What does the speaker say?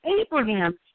Abraham